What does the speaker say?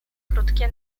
krótkie